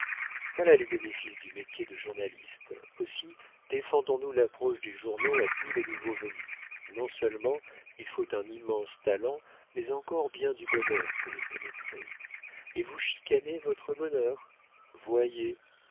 voilà les bénéfices du métier de journaliste aussi défendons nous l'approche des journaux à tous les nouveaux venus non-seulement il faut un immense talent mais encore bien du bonheur pour y pénétrer et vous chicanez votre bonheur voyez